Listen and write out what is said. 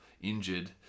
injured